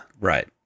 Right